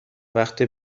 وقتی